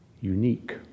unique